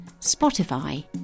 Spotify